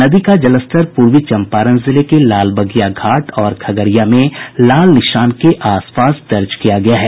नदी का जलस्तर पूर्वी चंपारण जिले के लालबगिया घाट में और खगड़िया में लाल निशान के आसपास दर्ज किया गया है